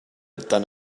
done